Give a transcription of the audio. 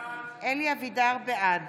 בעד